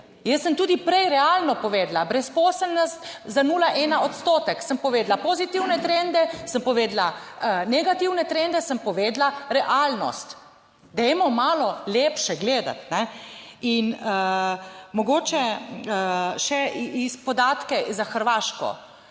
Jaz sem tudi prej realno povedala, brezposelnost za 0,1 odstotek, sem povedala pozitivne trende, sem povedala negativne trende, sem povedala realnost. Dajmo malo lepše gledati in mogoče še podatke za Hrvaško;